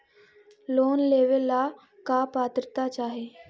Loan लेवेला का पात्रता चाही?